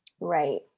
Right